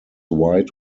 white